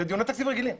זה דיוני תקציב רגילים.